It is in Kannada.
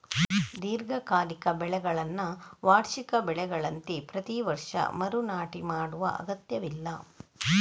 ದೀರ್ಘಕಾಲಿಕ ಬೆಳೆಗಳನ್ನ ವಾರ್ಷಿಕ ಬೆಳೆಗಳಂತೆ ಪ್ರತಿ ವರ್ಷ ಮರು ನಾಟಿ ಮಾಡುವ ಅಗತ್ಯವಿಲ್ಲ